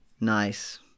Nice